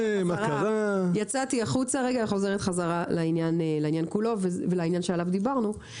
--- יצאתי החוצה רגע ואני חוזרת לעניין שעליו דיברנו,